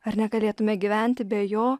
ar negalėtume gyventi be jo